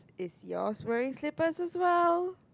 is yours wearing slippers as well